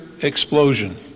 explosion